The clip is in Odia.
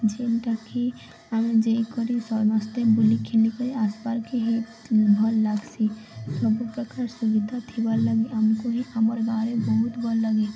ଯେଉଁଟାକି ଆମେ ଯେଇକରି ସମସ୍ତେ ବୁଲିିକି ଆସବାର୍ କେ ହେଇ ଭଲ୍ ଲାଗ୍ସି ସବୁ ପ୍ରକାର ସୁବିଧା ଥିବାର୍ ଲାଗି ଆମକୁ ହିଁ ଆମର୍ ଗାଁରେ ବହୁତ ଭଲ୍ ଲାଗେ